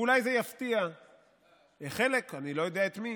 ואולי זה יפתיע חלק, אני לא יודע את מי: